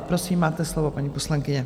Prosím, máte slovo, paní poslankyně.